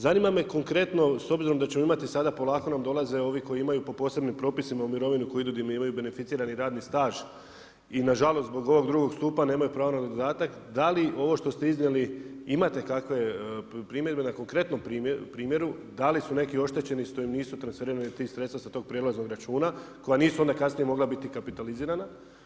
Zanima me konkretno, s obzirom da ćemo imati sada, polako nam dolaze ovi koji imaju po posebnim propisima, mirovinu, koji … beneficirani radni staž, i nažalost i zbog ovog 2 stupa, nemaju pravo na dodatak, da li ovo što ste iznijeli, imate kakve primjere na konkretnom primjeru, da li su neki oštećeni što im nisu transferirali … sredstva s tog prijelaznog računa, koja nisu onda kasnije mogla biti kapitalizirana?